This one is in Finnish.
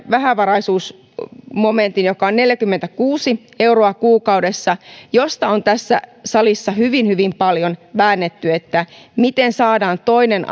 vähävaraisuusmomentin joka on neljäkymmentäkuusi euroa kuukaudessa josta on tässä salissa hyvin hyvin paljon väännetty miten saadaan toinen